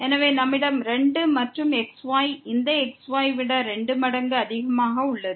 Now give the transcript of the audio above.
எனவே நம்மிடம் 2 மற்றும் xy இந்த xyஐ விட 2 மடங்கு அதிகமாக உள்ளது